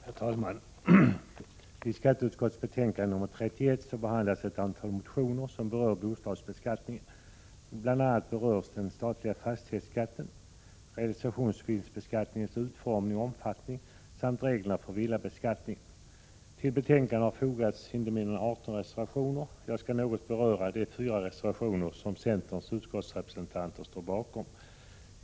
Herr talman! I skatteutskottets betänkande nr 31 behandlas ett antal motioner som berör bostadsbeskattningen — bl.a. den statliga fastighetsskatten, realisationsvinstsbeskattningens utformning och omfattning samt reglerna för villabeskattning. Inte mindre än 18 reservationer har fogats till betänkandet. Jag skall något ta upp de fyra reservationer som centerns utskottsrepresentanter står bakom.